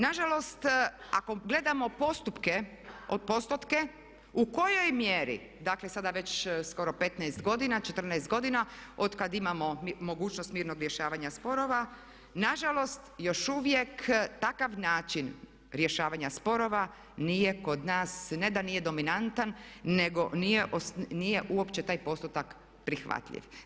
Na žalost, ako gledamo postotke u kojoj mjeri, dakle sada već skoro 15 godina, 14 godina od kad imamo mogućnost mirnog rješavanja sporova, na žalost još uvijek takav način rješavanja sporova nije kod nas, ne da nije dominantan nego nije uopće taj postotak prihvatljiv.